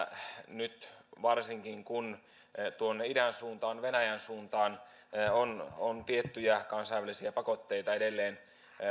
nyt varsinkin kun tuonne idän suuntaan venäjän suuntaan on on tiettyjä kansainvälisiä pakotteita edelleen